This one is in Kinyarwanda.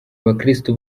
abakristo